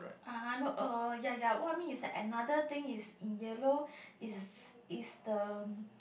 I I know uh ya ya what I mean is that another thing is in yellow is is the